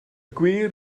gwir